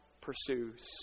pursues